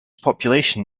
population